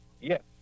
Yes